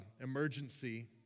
emergency